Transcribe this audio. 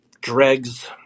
dregs